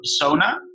persona